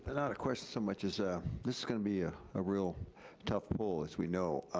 and not a question so much as, this is gonna be ah a real tough poll as we know.